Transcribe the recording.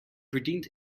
verdient